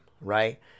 Right